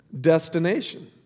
destination